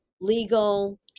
legal